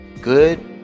Good